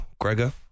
Gregor